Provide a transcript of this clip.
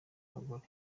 abagore